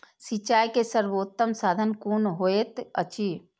सिंचाई के सर्वोत्तम साधन कुन होएत अछि?